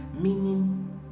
meaning